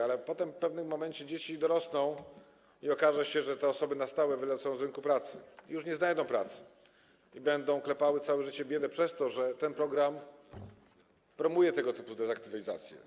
Ale potem w pewnym momencie dzieci dorosną i okaże się, że te osoby na stałe wylecą z rynku pracy i już nie znajdą pracy, i będą klepały całe życie biedę przez to, że ten program promuje tego typu dezaktywizację.